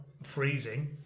freezing